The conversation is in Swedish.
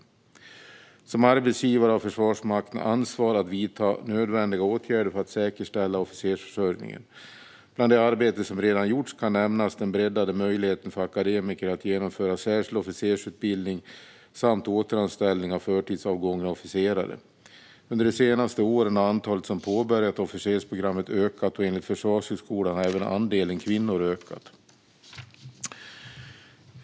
Som arbetsgivare har Försvarsmakten ansvar att vidta nödvändiga åtgärder för att säkerställa officersförsörjningen. Bland det arbete som redan har gjorts kan nämnas den breddade möjligheten för akademiker att genomföra särskild officersutbildning samt återanställning av förtidsavgångna officerare. Under de senaste åren har antalet som påbörjat officersprogrammet ökat. Enligt Försvarshögskolan har även andelen kvinnor ökat.